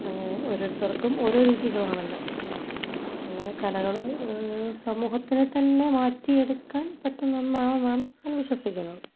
അങ്ങനെ ഓരോരുത്തർക്കും ഓരോ രുചികൾ ആണല്ലോ അങ്ങനെ കലകൾ സമൂഹത്തിന് തന്നെ മാറ്റിയെടുക്കാൻ പറ്റുന്ന ഒന്നാണ് എന്നാണ് ഞാൻ വിശ്വസിക്കുന്നത്